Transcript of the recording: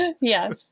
Yes